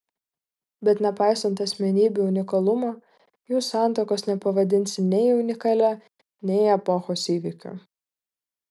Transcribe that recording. bet nepaisant asmenybių unikalumo jų santuokos nepavadinsi nei unikalia nei epochos įvykiu